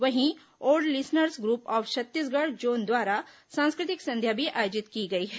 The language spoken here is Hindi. वहीं old listeners group of Chhattisgarh zone द्वारा सांस्कृतिक संध्या भी आयोजित की गई है